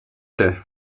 det